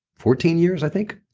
fourteen years, i think